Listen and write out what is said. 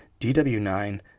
DW9